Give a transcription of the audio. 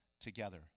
together